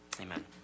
Amen